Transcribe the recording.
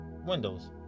windows